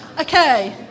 Okay